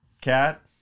cat